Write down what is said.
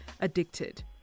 addicted